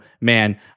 man